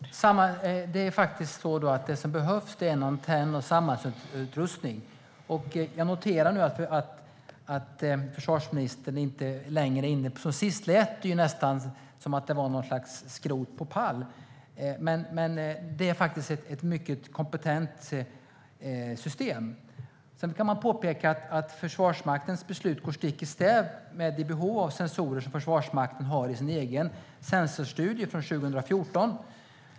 Fru talman! Det är faktiskt så att det som behövs är en antenn och sambandsutrustning. Jag noterar nu att försvarsministern inte längre är inne på det som han var sist. Då lät det nästan som att det var något slags skrot på pall. Men det är faktiskt ett mycket kompetent system. Sedan kan man påpeka att Försvarsmaktens beslut går stick i stäv med det behov av sensorer som Försvarsmakten har visat på i sin egen sensorstudie från 2014.